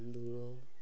କାନ୍ଦୁଅ